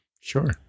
Sure